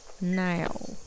now